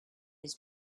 his